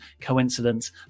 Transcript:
Coincidence